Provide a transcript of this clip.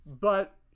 But-